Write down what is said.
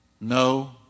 No